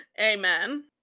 Amen